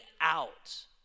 out